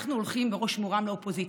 אנחנו הולכים בראש מורם לאופוזיציה,